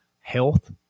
health